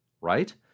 right